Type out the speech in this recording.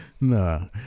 no